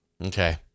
Okay